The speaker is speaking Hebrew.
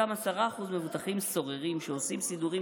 אותם 10% מבוטחים סוררים שעושים סידורים